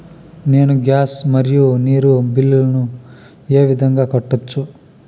నేను నా గ్యాస్, మరియు నీరు బిల్లులను ఏ విధంగా కట్టొచ్చు?